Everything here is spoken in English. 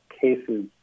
cases